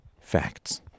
facts